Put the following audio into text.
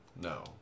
No